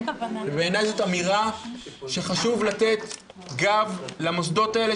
ובעיניי זאת אמירה שחשוב לתת גב למוסדות האלה,